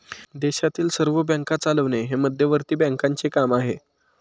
देशातील सर्व बँका चालवणे हे मध्यवर्ती बँकांचे काम आहे